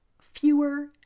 fewer